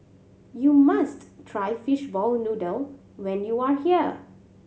you must try fishball noodle when you are here